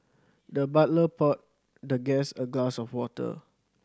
the butler poured the guest a glass of water